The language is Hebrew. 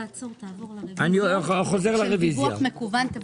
תעבור לרוויזיה על דיווח מקוון.